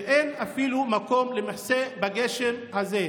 ואין אפילו מקום למחסה בגשם הזה.